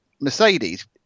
Mercedes